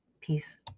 Peace